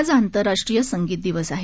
आज आंतरराष्ट्रीय संगीत दिवस आहे